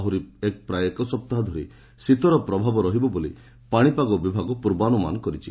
ଆହୁରି ପ୍ରାୟ ଏକ ସପ୍ତାହ ଧରି ଶୀତର ପ୍ରଭାବ ରହିବ ବୋଲି ପାଣିପାଗ ବିଭାଗ ପୂର୍ବାନୁମାନ କରିଛି